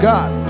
God